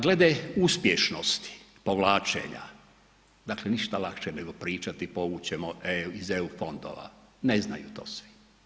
Glede uspješnosti povlačenja, dakle ništa lakše nego pričati povući ćemo iz EU fondova, ne znaju to svi.